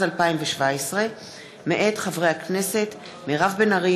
עמר בר-לב,